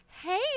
Hey